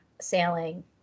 sailing